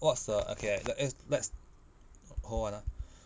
what's the okay le~ let's hold on ah